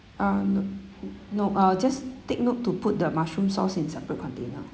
um note note uh just take note to put the mushroom sauce inside the container